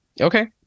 okay